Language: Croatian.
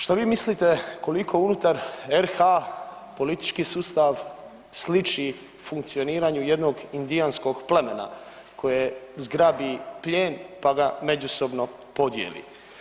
Što vi mislite koliko unutar RH politički sustav sliči funkcioniranju jednog indijanskog plemena koje zgrabi plijen, pa ga međusobno podijeli.